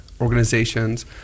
organizations